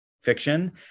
fiction